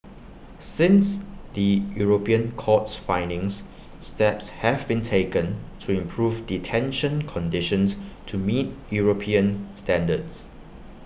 since the european court's findings steps have been taken to improve detention conditions to meet european standards